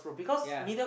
ya